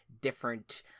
different